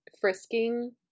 frisking